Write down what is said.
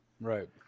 Right